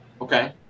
Okay